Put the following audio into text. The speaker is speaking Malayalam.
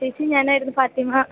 ചേച്ചി ഞാനായിരുന്നു ഫാത്തിമ